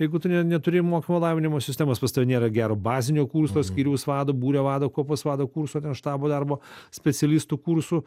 jeigu tu ne neturi mokymo lavinimo sistemos pas tave nėra gero bazinio kurso skyriaus vado būrio vado kuopos vado kurso ten štabo darbo specialistų kursų